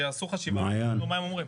שיעשו חשיבה יגידו מה הם אומרים.